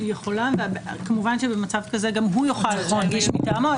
היא יכולה וכמובן במצב כזה גם הוא יכול להגיש מטעמו.